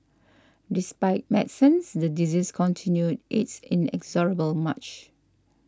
despite medicines the disease continued its inexorable march